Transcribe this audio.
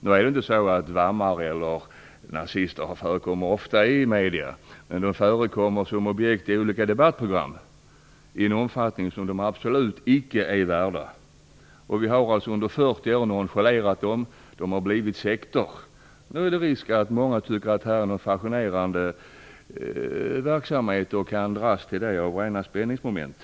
Nu är det inte så att medlemmar i VAM eller nazister förekommer ofta i medierna, men de förekommer som objekt i olika debattprogram i en omfattning som de absolut icke är värda. Under 40 år har vi nonchalerat dem. De har blivit sekter. Nu finns det risk att många tycker att det är en fascinerande verksamhet och dras till den genom att det finns ett spänningsmoment.